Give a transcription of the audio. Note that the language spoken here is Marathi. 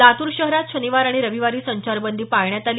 लातूर शहरात शनिवार आणि रविवारी संचारबंदी पाळण्यात आली